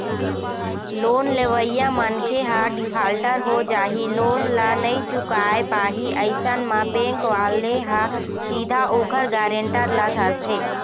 loan लेवइया मनखे ह डिफाल्टर हो जाही लोन ल नइ चुकाय पाही अइसन म बेंक वाले ह सीधा ओखर गारेंटर ल धरथे